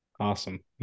Awesome